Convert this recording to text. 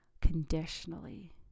conditionally